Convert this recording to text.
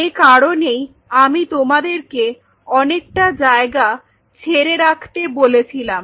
এ কারণেই আমি তোমাদেরকে অনেকটা জায়গা ছেড়ে রাখতে বলেছিলাম